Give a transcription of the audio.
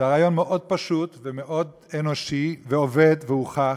זה רעיון מאוד פשוט ומאוד אנושי, ועובד והוכח,